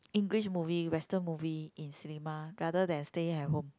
English movie western movie in cinema rather than staying at home